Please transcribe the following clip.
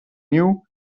new